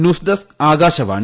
news desk Akashvani